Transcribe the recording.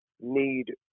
need